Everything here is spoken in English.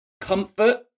comfort